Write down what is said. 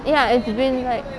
ya it's been like